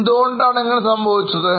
എന്തുകൊണ്ടാണ് ഇങ്ങനെ സംഭവിച്ചത്